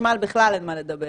חשמל בכלל אין על מה לדבר